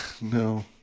No